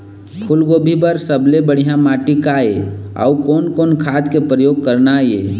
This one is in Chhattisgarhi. फूलगोभी बर सबले बढ़िया माटी का ये? अउ कोन कोन खाद के प्रयोग करना ये?